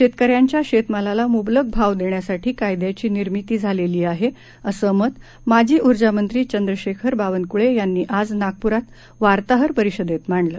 शेतकऱ्यांच्या शेतमालाला मुबलक भाव देण्यासाठी कायद्याची निर्मिती झालेली आहे असं मत माजी उर्जामंत्री चंद्रशेखर बावनकुळे यांनी आज नागपूरात वार्ताहर परिषदेत मांडलं